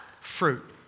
fruit